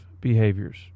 behaviors